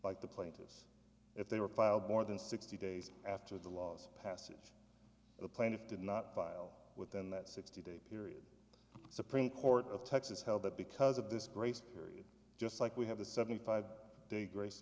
like the plaintiffs if they were filed more than sixty days after the last passage the plaintiff did not file within that sixty day period supreme court of texas held that because of this grace period just like we have a seventy five day grace